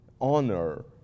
honor